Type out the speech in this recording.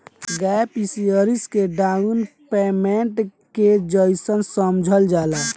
gap insurance के down payment के जइसन समझल जाला